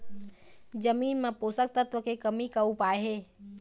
जमीन म पोषकतत्व के कमी का उपाय हे?